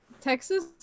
Texas